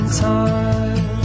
time